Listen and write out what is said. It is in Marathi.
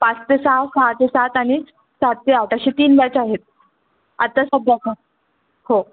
पाच ते सहा सहा ते सात आणि सात ते आठ अशी तीन बॅच आहेत आता सध्याच्या हो